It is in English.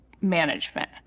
management